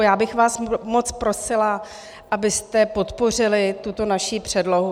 Já bych vás moc prosila, abyste podpořili tuto naši předlohu.